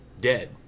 dead